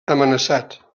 amenaçat